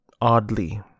Oddly